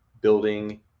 building